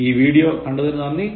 ഈ വീഡിയോ കണ്ടതിനു നന്ദി